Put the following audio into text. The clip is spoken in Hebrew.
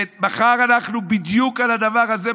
ומחר אנחנו בדיוק על הדבר הזה,